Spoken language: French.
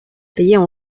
payait